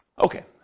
Okay